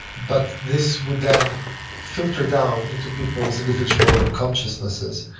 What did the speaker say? but this would then filter down into people's individual consciousnesses.